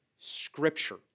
Scripture